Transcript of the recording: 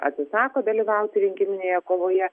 atsisako dalyvauti rinkiminėje kovoje